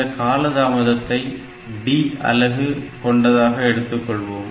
இந்த காலதாமதத்தை D அலகு கொண்டதாக எடுத்துக்கொள்வோம்